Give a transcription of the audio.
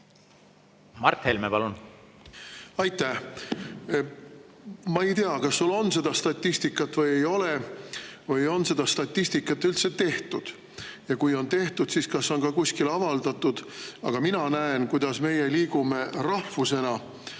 Mart Helme, palun! Aitäh! Ma ei tea, kas sul on seda statistikat või ei ole ja kas on seda statistikat üldse tehtud, kui on tehtud, siis kas on ka kuskil avaldatud. Aga mina näen, kuidas meie liigume rahvusena